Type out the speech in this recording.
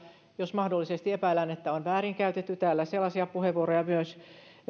jos mahdollisesti epäillään että on väärinkäytetty tätä täällä myös sellaisia puheenvuoroja käytettiin joissa